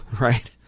Right